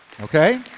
Okay